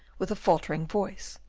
with a faltering voice,